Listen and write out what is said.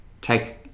take